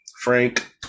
Frank